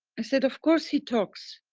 i said, of course he talks.